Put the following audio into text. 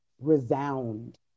resound